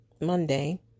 Monday